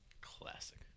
Classic